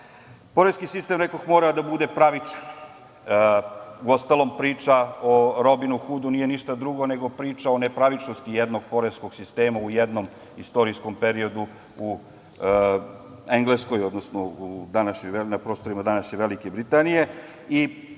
razvoj. Poreski sistem, rekoh, mora da bude pravičan. Uostalom, priča o Robinu Hudu nije ništa drugo nego priča o nepravičnosti jednog poreskog sistema u jednom istorijskom periodu u Engleskoj, odnosno na prostorima današnje Velike Britanije.